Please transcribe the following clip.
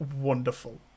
Wonderful